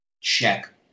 check